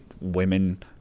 Women